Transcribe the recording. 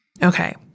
Okay